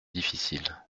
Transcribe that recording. difficile